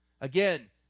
Again